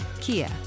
kia